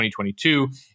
2022